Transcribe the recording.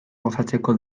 gozatzeko